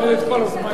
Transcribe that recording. תקבל את כל הזמן.